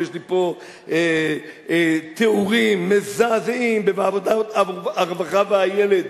יש לי פה תיאורים מזעזעים מוועדת העבודה הרווחה והילד,